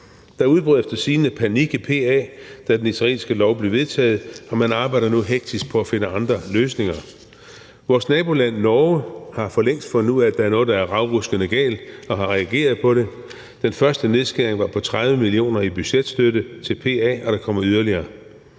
Der udbrød efter sigende panik i PA, da den israelske lov blev vedtaget, og man arbejder nu hektisk på at finde andre løsninger. Vores naboland Norge har for længst fundet ud af, at der er noget, der er ravruskende galt, og har reageret på det. Den første nedskæring var på 30 mio. kr. i budgetstøtte til PA, og der kommer yderligere.